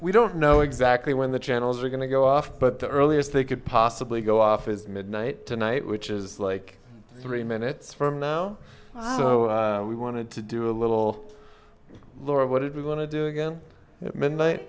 we don't know exactly when the channels are going to go off but the earliest they could possibly go off is midnight tonight which is like three minutes from now so we wanted to do a little more of what did we want to do again at midnight